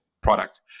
product